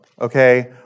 okay